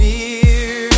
Fear